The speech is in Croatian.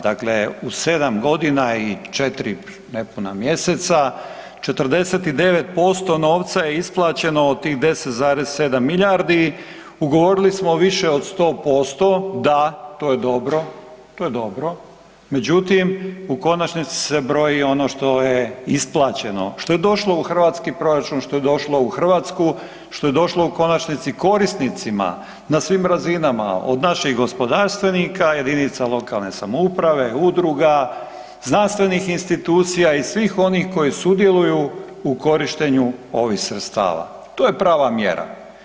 Dakle, u 7 g. i 4 nepuna mjeseca, 49% novca je isplaćeno od tih 10,7 milijardi, ugovorili smo više od 100%,da, to je dobro, to je dobro međutim u konačnici se broji ono što je isplaćeno, što je došlo u hrvatski proračun, što je došlo u Hrvatsku, što je došlo u konačnici korisnicima na svim razinama, od naših gospodarstvenika, jedinica lokalne samouprave, udruga, znanstvenih institucija i svih onih koji sudjeluju u korištenju ovih sredstava, to je prava mjera.